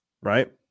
Right